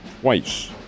twice